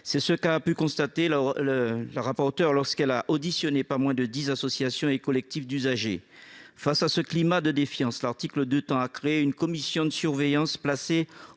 C'est ce qu'a pu constater Mme la rapporteure lorsqu'elle a auditionné pas moins de dix associations et collectifs d'usagers. Face à ce climat de défiance, l'article 2 tend à créer une commission de surveillance placée